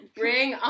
bring